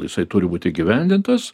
jisai turi būti įgyvendintas